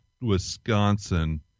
Wisconsin